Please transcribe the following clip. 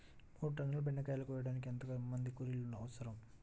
మూడు టన్నుల బెండకాయలు కోయుటకు ఎంత మంది కూలీలు అవసరం?